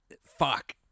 Fuck